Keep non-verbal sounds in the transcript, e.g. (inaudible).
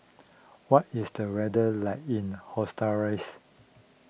what is the weather like in (unintelligible)